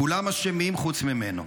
כולם אשמים חוץ ממנו.